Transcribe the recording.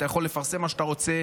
אתה יכול לפרסם מה שאתה רוצה,